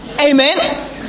Amen